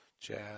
Jazz